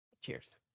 Cheers